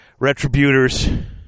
retributors